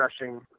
refreshing